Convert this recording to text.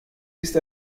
ist